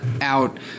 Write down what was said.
out